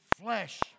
flesh